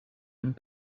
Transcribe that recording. and